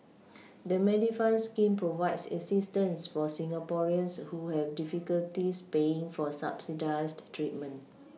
the Medifund scheme provides assistance for Singaporeans who have difficulties paying for subsidized treatment